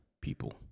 people